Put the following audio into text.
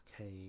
Okay